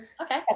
okay